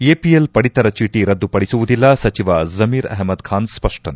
APL ಪಡಿತರ ಚೀಟ ರದ್ದುಪಡಿಸುವುದಿಲ್ಲ ಸಚಿವ ಜಮೀರ್ ಅಹಮದ್ ಖಾನ್ ಸ್ಪಷ್ಟನೆ